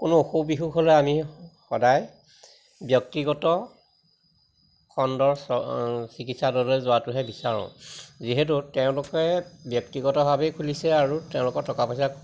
কোনো অসুখ বিসুখ হ'লে আমি সদায় ব্যক্তিগত খণ্ডৰ চিকিৎসালয়লৈ যোৱাটোহে বিচাৰোঁ যিহেতু তেওঁলোকে ব্যক্তিগতভাৱেই খুলিছে আৰু তেওঁলোকৰ টকা পইচা